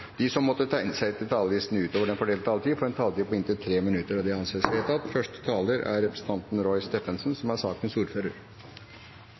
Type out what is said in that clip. som måtte tegne seg på talerlisten utover den fordelte taletid, får en taletid på inntil 3 minutter. – Det anses vedtatt. Alle skatter og avgifter er